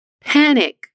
Panic